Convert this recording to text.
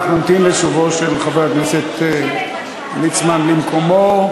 נמתין לשובו של חבר הכנסת ליצמן למקומו.